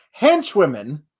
henchwomen